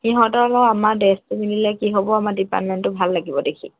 সিহঁতৰ লগত আমাৰ ড্ৰেছটো পিন্ধিলে কি হ'ব আমাৰ ডিপাৰ্টমেণ্টো ভাল লাগিব দেখি